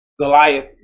Goliath